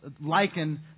liken